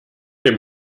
dem